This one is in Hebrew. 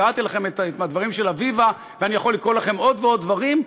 וקראתי לכם את הדברים של אביבה ואני יכול לקרוא לכם עוד ועוד דברים,